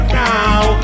now